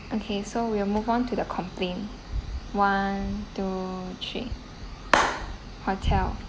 okay so we'll move on to the complaint one two three hotel